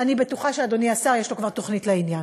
אני בטוחה שאדוני השר, יש לו כבר תוכנית לעניין.